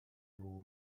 rule